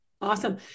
Awesome